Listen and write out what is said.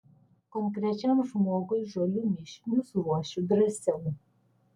konkrečiam žmogui žolių mišinius ruošiu drąsiau